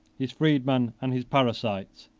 his freedmen and his parasites,